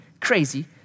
crazy